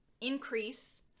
increase